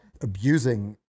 abusing